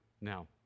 now